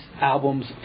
albums